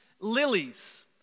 lilies